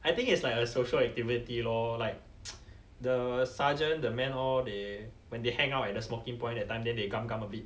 I think it's like a social activity lor like the sergeant the man all they when they hang out at the smoking point that time then they gum gum a bit